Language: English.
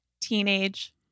Teenage